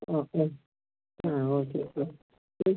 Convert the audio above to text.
ആ ആ ആ ഓക്കെ ആ